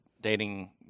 dating